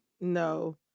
No